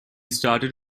started